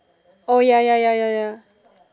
oh ya ya ya ya ya